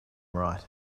right